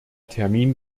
termin